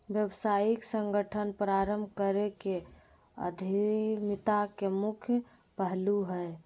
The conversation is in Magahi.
व्यावसायिक संगठन प्रारम्भ करे के उद्यमिता के मुख्य पहलू हइ